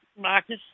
Marcus